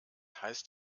heißt